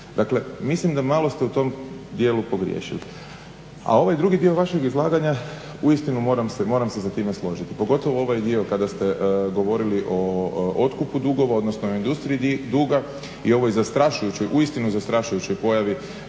Dakle, mislim da malo ste u tom dijelu pogriješili. A ovaj drugi dio vašeg izlaganja uistinu moram se sa time složiti, pogotovo ovaj dio kada ste govorili o otkupu dugova, odnosno o industriji duga i ovoj zastrašujućoj,